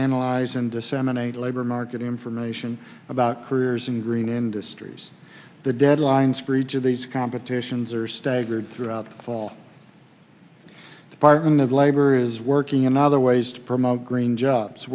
analyze and disseminate labor market information about careers in green industries the deadlines for each of these competitions are staggered throughout the fall department of labor is working in other ways to promote green jobs